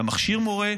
אתה מכשיר מורה,